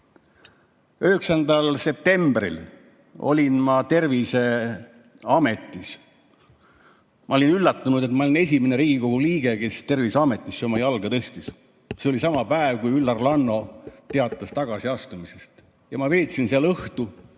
9. septembril olin ma Terviseametis. Ma olin üllatunud, et ma olin esimene Riigikogu liige, kes Terviseametisse oma jala oli tõstnud. See oli sama päev, kui Üllar Lanno teatas tagasiastumisest. Ma veetsin seal õhtu,